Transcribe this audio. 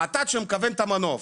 האתת, שמכוון את המנוף.